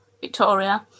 Victoria